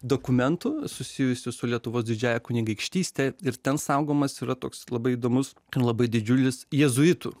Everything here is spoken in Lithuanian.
dokumentų susijusių su lietuvos didžiąja kunigaikštyste ir ten saugomas yra toks labai įdomus labai didžiulis jėzuitų